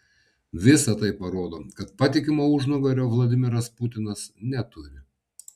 visa tai parodo kad patikimo užnugario vladimiras putinas neturi